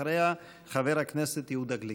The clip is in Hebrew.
אחריה, חבר הכנסת יהודה גליק.